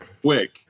Quick